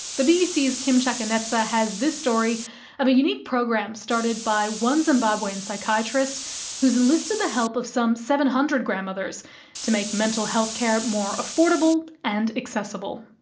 the bbc's kim chakanetsa has this story of a unique program started by one zimbabwean psychiatrist who has enlisted the help of some seven hundred grandmothers to make mental health care more affordable and accessible.